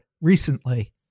recently